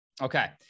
Okay